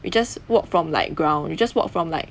we just walk from like ground we just walk from like